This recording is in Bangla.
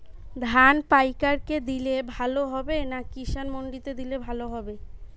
ধান পাইকার কে দিলে ভালো হবে না কিষান মন্ডিতে দিলে ভালো হবে?